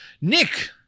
Nick